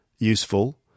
Useful